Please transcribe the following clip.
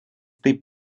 taip